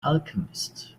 alchemist